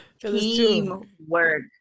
Teamwork